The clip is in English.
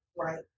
Right